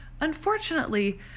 Unfortunately